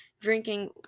drinking